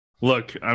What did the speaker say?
look